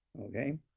okay